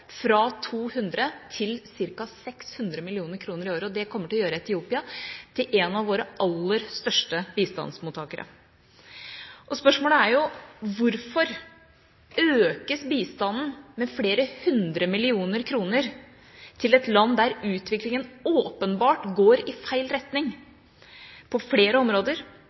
fra 200 mill. kr til ca. 600 mill. kr i året. Det kommer til å gjøre Etiopia til en av våre aller største bistandsmottakere. Spørsmålet er: Hvorfor økes bistanden med flere hundre millioner kroner til et land hvor utviklingen åpenbart går i feil retning på flere områder,